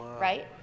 Right